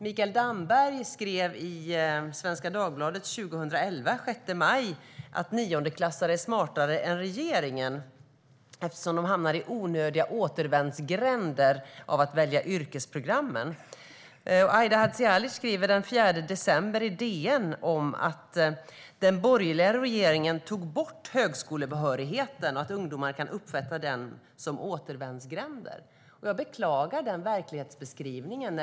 Mikael Damberg skrev i Svenska Dagbladet den 6 maj 2011 att niondeklassare är smartare än regeringen, eftersom de hamnar i onödiga återvändsgränder av att välja yrkesprogrammen. Aida Hadzialic skriver den 4 december i DN att den borgerliga regeringen tog bort högskolebehörigheten och att ungdomarna kan uppfatta det som återvändsgränder. Jag beklagar den verklighetsbeskrivningen.